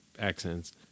accents